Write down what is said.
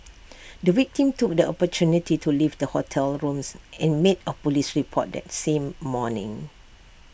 the victim took the opportunity to leave the hotel rooms and made A Police report that same morning